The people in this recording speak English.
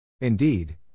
Indeed